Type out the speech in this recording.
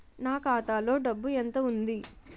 నా ఖాతాలో డబ్బు ఎంత ఉంది?